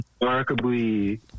remarkably